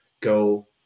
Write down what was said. go